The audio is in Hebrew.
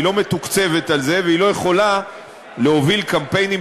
היא לא מתוקצבת על זה והיא לא יכולה להוביל קמפיינים